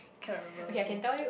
can't remember also